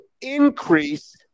increase